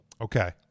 okay